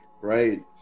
right